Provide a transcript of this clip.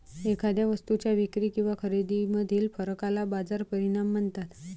एखाद्या वस्तूच्या विक्री किंवा खरेदीमधील फरकाला बाजार परिणाम म्हणतात